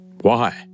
Why